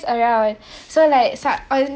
around so like sa~ on